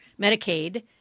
Medicaid